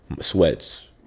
sweats